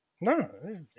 No